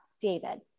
David